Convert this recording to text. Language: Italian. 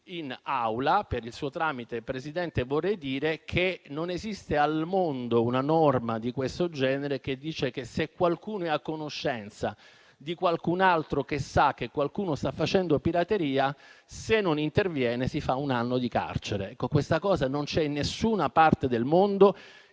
in Aula. Per il suo tramite, Presidente, gli vorrei dire che non esiste al mondo una norma di questo genere, che dice che, se qualcuno è a conoscenza di qualcun altro che sa che qualcuno sta facendo pirateria, e non interviene, si fa un anno di carcere. Questa cosa non c'è in nessuna parte del mondo.